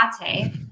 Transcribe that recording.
latte